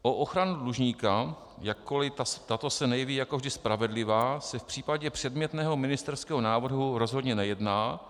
O ochranu dlužníka, jakkoli tato se nejeví jako vždy spravedlivá, se v případě předmětného ministerského návrhu rozhodně nejedná.